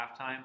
halftime